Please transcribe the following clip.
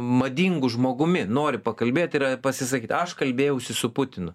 madingu žmogumi nori pakalbėt ir pasisakyt aš kalbėjausi su putinu